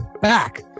back